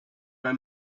bei